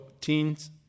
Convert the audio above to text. teens